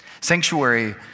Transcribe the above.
sanctuary